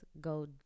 go